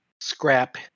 scrap